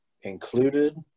included